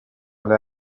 alle